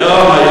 היום.